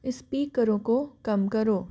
स्पीकरों को कम करो